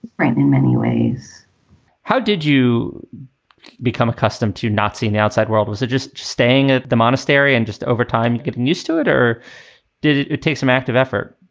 friend. in many ways how did you become accustomed to not seeing the outside world? was it just staying at ah the monastery and just over time getting used to it, or did it it take some active effort?